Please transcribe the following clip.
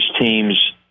team's